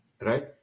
right